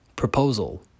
proposal